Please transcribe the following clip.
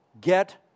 get